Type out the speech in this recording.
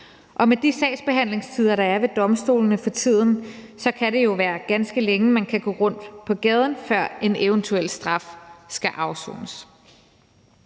Og med de sagsbehandlingstider, der er ved domstolene for tiden, kan det jo være ganske længe, man kan gå rundt på gaden, før en eventuel straf skal afsones.